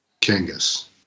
Kangas